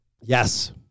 Yes